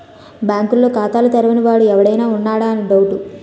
బాంకుల్లో ఖాతాలు తెరవని వాడు ఎవడైనా ఉన్నాడా అని డౌటు